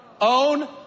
own